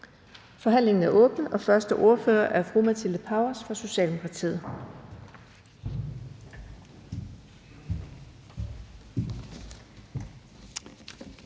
Forhandlingen er åbnet, og første ordfører er fru Matilde Powers fra Socialdemokratiet.